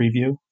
preview